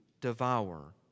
devour